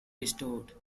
restored